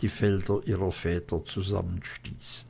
die felder ihrer väter zusammenstießen